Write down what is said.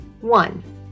One